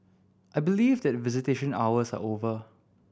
I believe that visitation hours are over